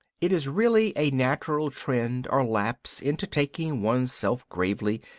it is really a natural trend or lapse into taking one's self gravely,